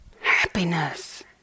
happiness